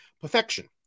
perfection